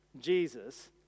Jesus